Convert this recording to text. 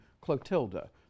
Clotilda